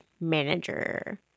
manager